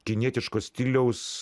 kinietiško stiliaus